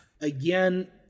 again